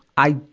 i,